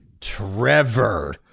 trevor